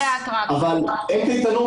אבל אין קייטנות,